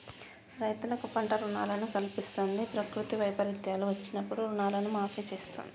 రైతులకు పంట రుణాలను కల్పిస్తంది, ప్రకృతి వైపరీత్యాలు వచ్చినప్పుడు రుణాలను మాఫీ చేస్తుంది